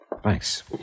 Thanks